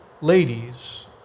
ladies